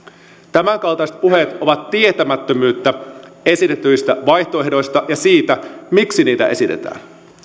tämänkaltaiset puheet ovat tietämättömyyttä esitetyistä vaihtoehdoista ja siitä miksi niitä esitetään